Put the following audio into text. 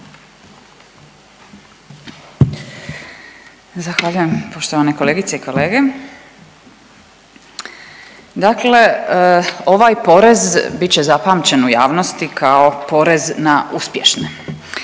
Zahvaljujem. Poštovane kolegice i kolege, dakle ovaj porez bit će zapamćen u javnosti kao porez na uspješne.